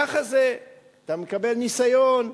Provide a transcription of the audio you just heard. ככה זה, אתה מקבל ניסיון.